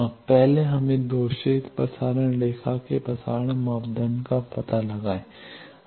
अब पहले हमें दोषरहित प्रसारण रेखा के प्रसारण मापदंड का पता लगाएं